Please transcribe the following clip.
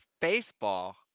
baseball